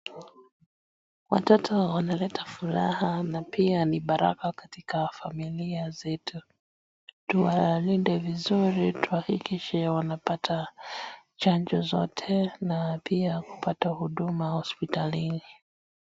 Watoto wanaleta furaha na pia ni baraka katika familia zetu, tuwalinde vizuri tuhakikishe wanapata chanjo zote na pia kupata huduma hospitalini.